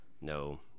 No